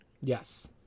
Yes